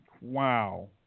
wow